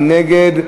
מי נגד?